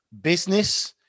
business